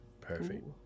perfect